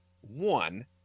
one